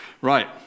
Right